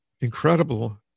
incredible